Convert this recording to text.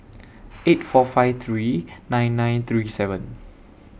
eight four five three nine nine three seven